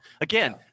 Again